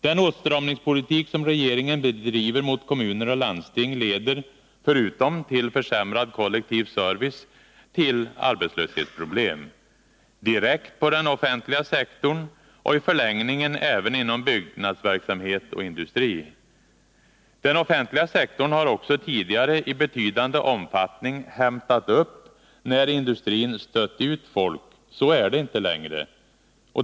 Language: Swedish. Den åtstramningspolitik som regeringen bedriver mot kommuner och landsting leder — förutom till försämrad kollektiv service — till arbetslöshets problem, direkt på den offentliga sektorn och i förlängningen även inom byggnadsverksamhet och industri. Den offentliga sektorn har tidigare i betydande omfattning hämtat upp när industrin stött ut folk. Så är det inte längre.